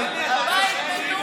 הבית נטוש.